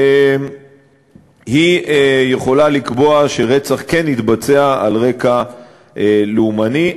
היא יכולה לקבוע שרצח כן התבצע על רקע לאומני.